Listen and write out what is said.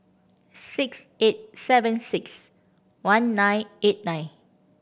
six eight seven six one nine eight nine